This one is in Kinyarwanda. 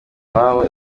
iwabo